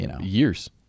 years